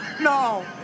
No